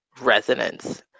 resonance